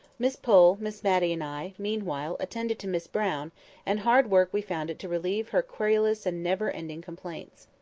miss pole, miss matty, and i, meanwhile attended to miss brown and hard work we found it to relieve her querulous and never-ending complaints.